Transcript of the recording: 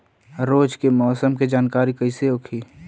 रोज के मौसम के जानकारी कइसे होखि?